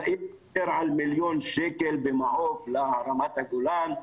יאיר דיבר על מיליון ₪ ב"מעוף" לרמת הגולן,